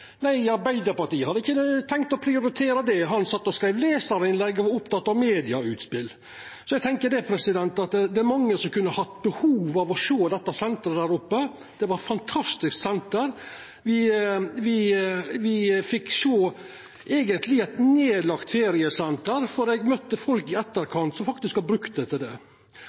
hadde ikkje tenkt å prioritera det; han sat og skreiv lesarinnlegg og var oppteken av utspel i media. Eg tenkjer mange kunne hatt nytte av å sjå dette senteret der oppe, eit fantastisk senter. Me fekk eigentleg sjå eit nedlagt feriesenter, for eg møtte folk i etterkant som faktisk har brukt det til dette. Eg må verkeleg seia at det